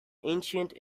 ancient